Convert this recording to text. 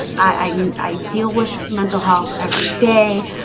i and i deal with mental health everyday